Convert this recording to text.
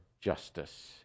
justice